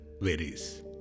varies